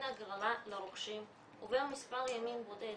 ההגרלה לרוכשים עובר מספר ימים בודד